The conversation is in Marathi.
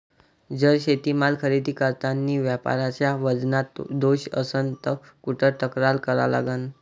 जर शेतीमाल खरेदी करतांनी व्यापाऱ्याच्या वजनात दोष असन त कुठ तक्रार करा लागन?